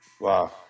Wow